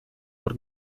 por